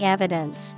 Evidence